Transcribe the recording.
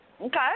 Okay